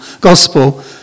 gospel